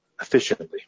efficiently